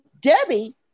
Debbie